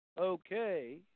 okay